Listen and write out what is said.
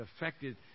affected